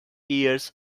years